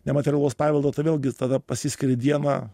nematerialaus paveldo tai vėlgi tada pasiskiri dieną